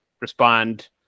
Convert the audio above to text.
respond